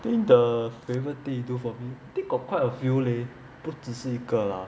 think the favourite you do for me think got quite a few leh 不只是一个啦